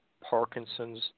Parkinson's